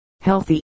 Healthy